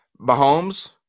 Mahomes